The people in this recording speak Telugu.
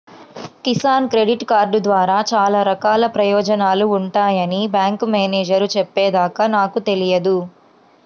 కిసాన్ క్రెడిట్ కార్డు ద్వారా చాలా రకాల ప్రయోజనాలు ఉంటాయని బ్యాంకు మేనేజేరు చెప్పే దాకా నాకు తెలియదు